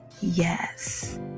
Yes